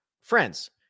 friends